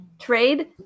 trade